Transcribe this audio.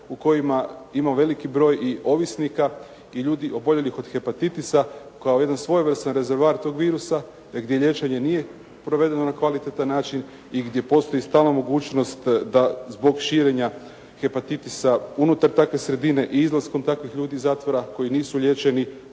u kojima imamo i veliki broj ovisnika i ljudi oboljelih od Hepatitisa koja jedan svojevrstan rezervoar tog virusa gdje liječenje nije provedeno na kvalitetan način i gdje postoji stalna mogućnost da zbog širenja Hepatitisa unutar takve sredine i izlaskom takvih ljudi iz zatvora koji nisu liječeni,